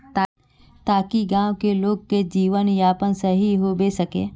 ताकि गाँव की लोग के जीवन यापन सही होबे सके?